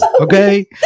okay